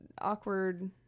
awkward